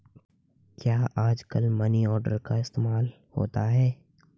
क्या आजकल money order का इस्तेमाल होता है?